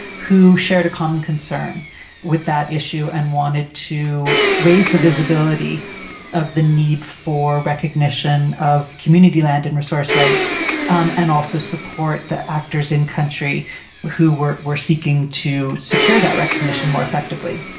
who shared a common concern with that issue and wanted to raise the visibility of the need for recognition of community land and resource rights um and also support the actors in country who were were seeking to secure that recognition more effectively.